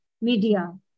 media